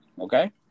Okay